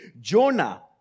Jonah